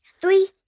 Three